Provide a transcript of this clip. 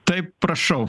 taip prašau